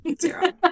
Zero